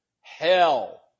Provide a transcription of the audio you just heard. hell